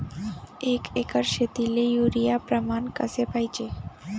एक एकर शेतीले युरिया प्रमान कसे पाहिजे?